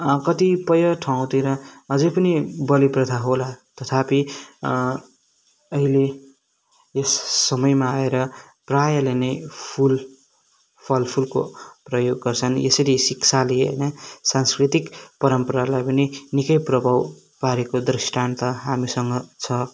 कतिपय ठाउँतिर अझै पनि बलि प्रथा होला तथापि अहिले यस समयमा आएर प्रायःले नै फुल फलफुलको प्रयोग गर्छन् यसरी शिक्षाले नै सांस्कृतिक परम्परालाई पनि निकै प्रभाव पारेको दृष्टान्त हामीसँग छ